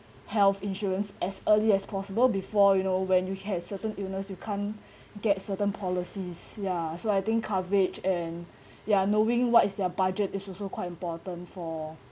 health insurance as early as possible before you know when you have certain illness you can't get certain policies ya so I think coverage and ya knowing what is their budget is also quite important for